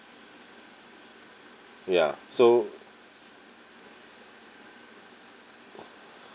ya so